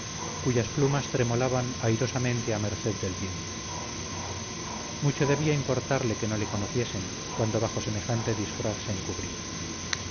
cuyas plumas tremolaban airosamente a merced del viento mucho debía importarle que no le conociesen cuando bajo semejante disfraz